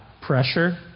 pressure